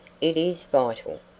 it is vital.